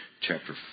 chapter